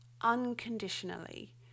unconditionally